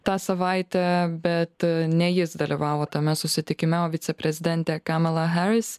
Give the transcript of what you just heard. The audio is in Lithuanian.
tą savaitę bet ne jis dalyvavo tame susitikime o viceprezidentė kamala haris